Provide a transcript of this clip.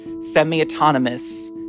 semi-autonomous